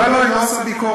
לא, לא, היא לא עושה ביקורת.